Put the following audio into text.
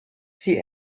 sie